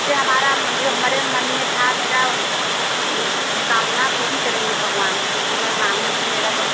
से हमारा जो हमारे मन में था मेरा कामना पूरी करेंगे भगवान तो मैं माँगूँगी मेरा बग